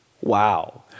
Wow